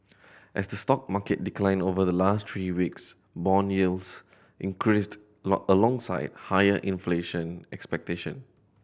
as the stock market declined over the last three weeks bond yields increased alongside higher inflation expectation